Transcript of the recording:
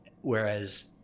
Whereas